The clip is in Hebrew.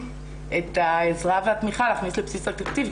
את העזרה והתמיכה להכניס לבסיס התקציב.